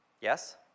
Yes